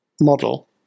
model